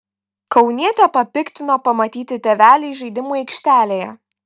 kaunietę papiktino pamatyti tėveliai žaidimų aikštelėje